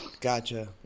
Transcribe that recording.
Gotcha